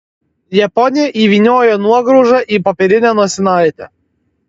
japonė įvynioja nuograužą į popierinę nosinaitę